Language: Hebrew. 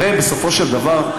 הרי בסופו של דבר,